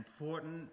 important